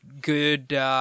good